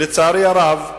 לצערי הרב,